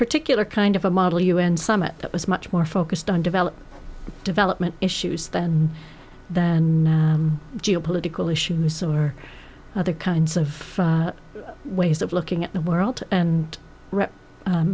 particular kind of a model u n summit that was much more focused on developed development issues than that and geopolitical issues or other kinds of ways of looking at the world and